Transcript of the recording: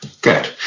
Good